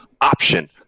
option